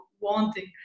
wanting